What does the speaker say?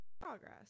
progress